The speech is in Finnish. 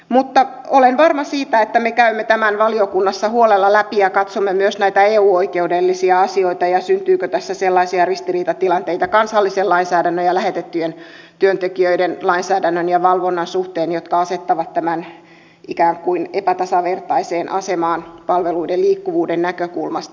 mutta olen varma siitä että me käymme tämän valiokunnassa huolella läpi ja katsomme myös näitä eu oikeudellisia asioita ja sitä syntyykö tässä kansallisen lainsäädännön ja lähetettyjen työntekijöiden lainsäädännön ja valvonnan suhteen sellaisia ristiriitatilanteita jotka asettavat tämän ikään kuin epätasavertaiseen asemaan palveluiden liikkuvuuden näkökulmasta